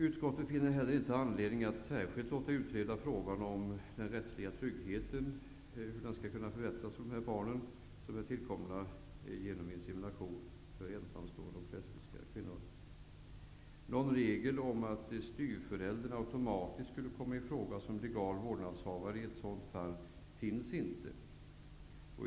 Utskottet finner inte heller anledning att särskilt låta utreda frågan om den rättsliga tryggheten och hur den skall kunna förbättras för de barn som tillkommmit genom insemination av ensamstående och lesbiska kvinnor. Någon regel om att styvföräldern automatiskt skulle komma i fråga som legal vårdnadshavare i ett sådant fall finns inte.